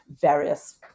various